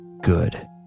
Good